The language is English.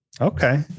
Okay